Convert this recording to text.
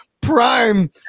prime